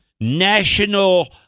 national